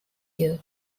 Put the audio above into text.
you